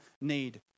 need